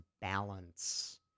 balance